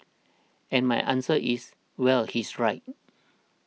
and my answer is well he's right